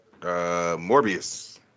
Morbius